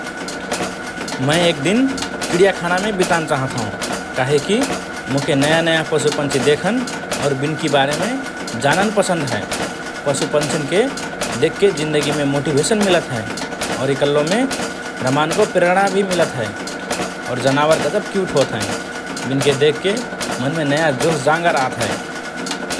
मए एक दिन चिडियाखानामे बितान चाहत हओं काहेकि मोके नया–नया पशुपन्छि देखन और बिनकि बारेम जानन पसन्द हए । पुशपन्छिनके देखके जिन्दगीमे मोटिभेसन मिलत हए । और इकल्लोमे रमानको प्रेरणा भि मिलत हए । और जनावर गजब क्युट होत हएँ । बिनके देखके मनमे नया जोसजाँगर आत हए ।